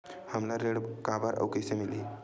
हमला ऋण काबर अउ कइसे मिलही?